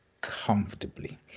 comfortably